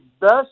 best